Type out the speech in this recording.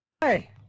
Hey